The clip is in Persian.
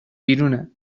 بیرونه